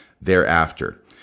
thereafter